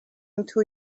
into